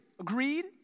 agreed